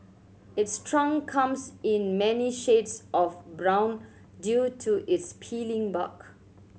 its trunk comes in many shades of brown due to its peeling bark